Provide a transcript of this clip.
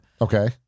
Okay